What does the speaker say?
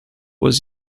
was